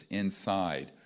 inside